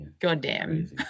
goddamn